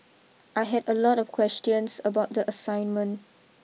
I had a lot of questions about the assignment